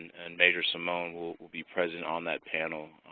and major seamone will will be present on that panel.